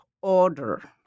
order